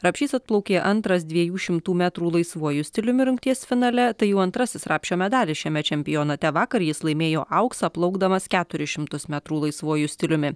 rapšys atplaukė antras dviejų šimtų metrų laisvuoju stiliumi rungties finale tai jau antrasis rapšio medalis šiame čempionate vakar jis laimėjo auksą plaukdamas keturis šimtus metrų laisvuoju stiliumi